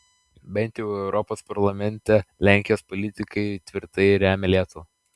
bent jau europos parlamente lenkijos politikai tvirtai remia lietuvą